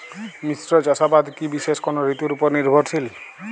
মিশ্র চাষাবাদ কি বিশেষ কোনো ঋতুর ওপর নির্ভরশীল?